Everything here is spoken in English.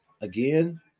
again